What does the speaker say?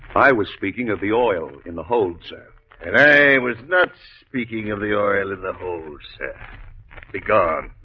i was speaking of the oil in the hold sir and i was not speaking of the oil in the whole set be gone.